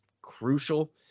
crucial